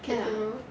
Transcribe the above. err